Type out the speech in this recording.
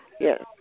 Yes